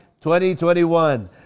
2021